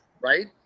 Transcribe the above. Right